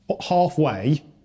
halfway